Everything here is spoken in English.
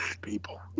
People